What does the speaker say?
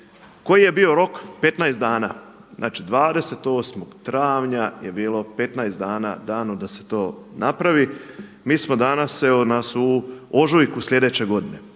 Koji je bio rok? 15 dana. Znači 28 travnja je bilo 15 danom da se to napravi. Mi smo danas, evo nas u ožujku sljedeće godine.